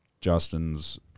Justin's